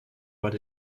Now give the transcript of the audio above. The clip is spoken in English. what